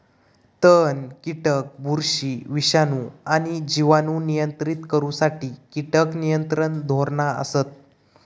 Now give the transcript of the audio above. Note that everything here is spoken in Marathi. तण, कीटक, बुरशी, विषाणू आणि जिवाणू नियंत्रित करुसाठी कीटक नियंत्रण धोरणा असत